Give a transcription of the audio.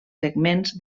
segments